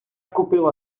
купила